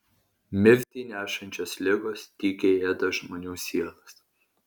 mirtį nešančios ligos tykiai ėda žmonių sielas